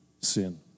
sin